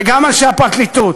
וגם אנשי הפרקליטות.